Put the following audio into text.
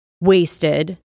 wasted